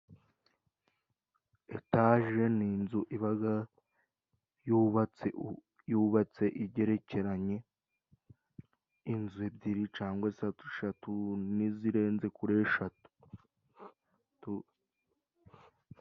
Etage ni inzu ibaga yubatse, yubatse igerekeranye inzu ebyiri cangwa eshatu, nizirenze kuri eshatu.